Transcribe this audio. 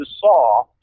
saw